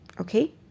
Okay